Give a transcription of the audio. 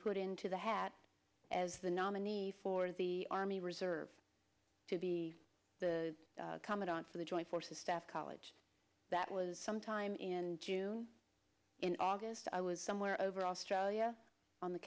put into the hat as the nominee for the army reserve to be the commandant for the joint forces staff college that was sometime in june in august i was somewhere over australia on the